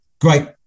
great